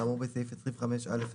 כאמור בסעיף 25(א)(1),